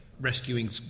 rescuing